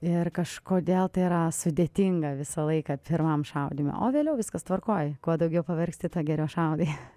ir kažkodėl tai yra sudėtinga visą laiką pirmam šaudyme o vėliau viskas tvarkoj kuo daugiau pavargsti tuo geriau šaudai